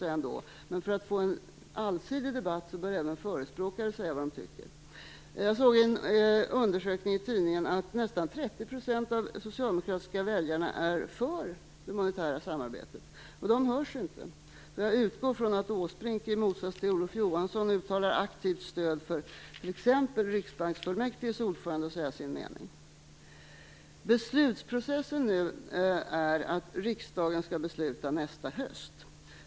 För att vi skall få en allsidig debatt bör även förespråkare säga vad de tycker. Jag har i en tidning sett att enligt en undersökning nästan 30 % av de socialdemokratiska väljarna är för det monetära samarbetet, men de hörs inte. Jag utgår från att Erik Åsbrink i motsats till Olof Johansson uttalar aktivt stöd för t.ex. riksbanksfullmäktiges ordförande att säga sin mening. Beslutsprocessen är nu den att riksdagen skall besluta nästa höst.